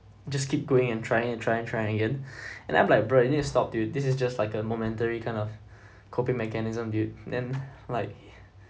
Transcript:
just keep going and trying and trying and trying again and I'm like bro you need to stop dude this is just like a momentary kind of coping mechanism dude then like